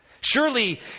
Surely